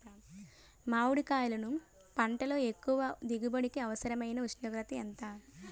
మామిడికాయలును పంటలో ఎక్కువ దిగుబడికి అవసరమైన ఉష్ణోగ్రత ఎంత?